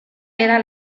era